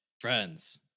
friends